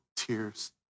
Tears